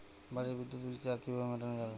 বাড়ির বিদ্যুৎ বিল টা কিভাবে মেটানো যাবে?